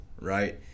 right